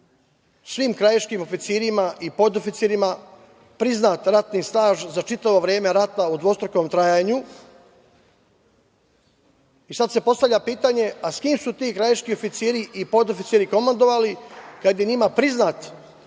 svim krajiškim oficirima i podoficirima priznat ratni staž za čitavo vreme rata u dvostrukom trajanju i sada se postavlja pitanje – s kim su ti krajiški oficiri i podoficiri komandovali, kad je njima priznat